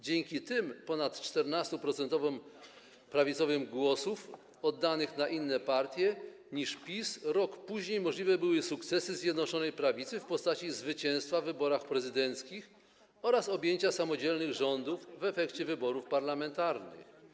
Dzięki tym ponad 14% prawicowych głosów oddanych na inne partie niż PiS rok później możliwe były sukcesy Zjednoczonej Prawicy w postaci zwycięstwa w wyborach prezydenckich oraz objęcia samodzielnych rządów w efekcie wyborów parlamentarnych.